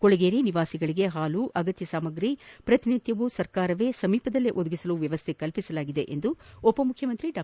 ಕೊಳೆಗೇರಿ ನಿವಾಸಿಗಳಿಗೆ ಹಾಲು ಮತ್ತು ಅಗತ್ಯ ಸಾಮಗ್ರಿಗಳನ್ನು ಪ್ರತಿನಿತ್ನವೂ ಸರ್ಕಾರವೇ ಸಮೀಪದಲ್ಲೇ ಒದಗಿಸಲು ವ್ಯವಸ್ಥೆ ಕಲ್ಪಿಸಲಾಗಿದೆ ಎಂದು ಉಪಮುಖ್ಖಮಂತ್ರಿ ಡಾ